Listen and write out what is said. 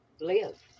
live